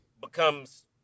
becomes